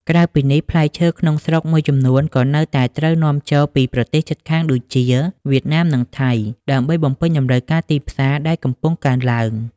ក្រៅពីនេះ ផ្លែឈើក្នុងស្រុកមួយចំនួនក៏នៅតែត្រូវនាំចូលពីប្រទេសជិតខាងដូចជា វៀតណាម និងថៃ ដើម្បីបំពេញតម្រូវការទីផ្សារដែលកំពុងកើនឡើង។